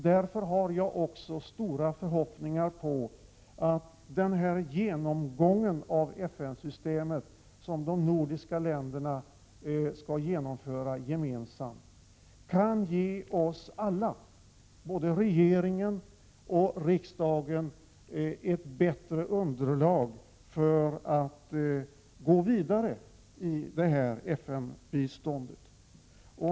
Därför har jag också stora förhoppningar om att den genomgång av FN-systemet som de nordiska länderna gemensamt skall genomföra kommer att ge oss alla — både regering och riksdag — ett bättre underlag för att gå vidare när det gäller FN-biståndet.